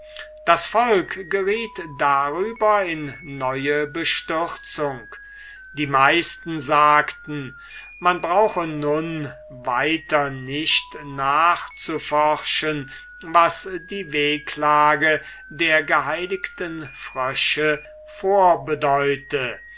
das volk geriet darüber in neue bestürzung die meisten sagten man brauche nun weiter nicht nachzuforschen was die wehklage der geheiligten frösche vorbedeute